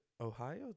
ohio